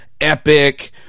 epic